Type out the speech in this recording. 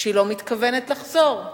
שהיא לא מתכוונת לחזור,